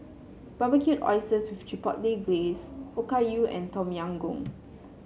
Barbecued Oysters with Chipotle Glaze Okayu and Tom Yam Goong